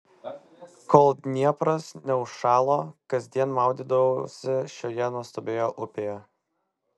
kol dniepras neužšalo kasdien maudydavausi šioje nuostabioje upėje